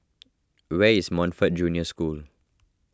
where is Montfort Junior School